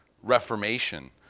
Reformation